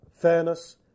Fairness